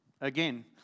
again